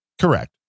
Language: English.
correct